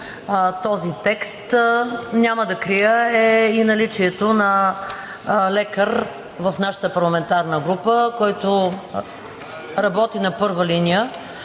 този текст и тя е наличието на лекар в нашата парламентарна група, който работи на първа линия